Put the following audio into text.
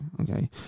Okay